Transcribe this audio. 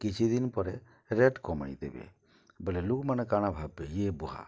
କିଛି ଦିନ୍ ପରେ ରେଟ୍ କମେଇଦେବେ ବେଲେ ଲୁକ୍ମାନେ କାଣା ଭାବବେ ଇଏ ବୁଆ